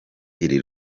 iri